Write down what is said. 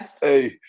Hey